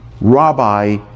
rabbi